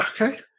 okay